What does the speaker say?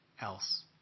else